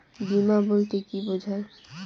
বিমা বলতে কি বোঝায়?